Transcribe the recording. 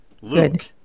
Luke